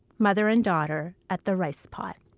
mother and daughter at the rice pot.